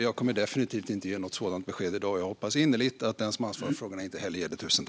Jag kommer definitivt inte att ge något sådant besked i dag, och jag hoppas innerligt att den som har ansvar för frågorna inte heller gör det.